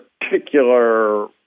particular